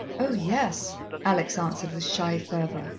oh, yes, alex answered with shy fervour,